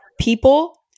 people